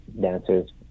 dancers